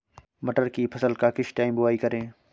मटर की फसल का किस टाइम बुवाई करें?